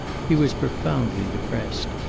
he was profoundly depressed.